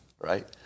right